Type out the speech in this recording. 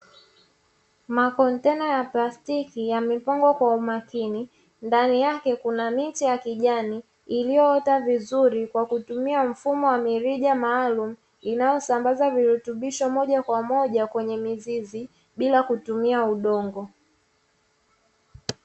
Makontena ya plasitiki yamepangwa kwa umakini, ndani yake kuna miche ya kijani iliyoota vizuri kwa kutumia mfumo wa mirija maalumu inayosambaza virutubisho moja kwa moja kwenye mizizi bila kutumia udongo.